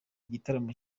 gitaramo